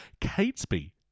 Catesby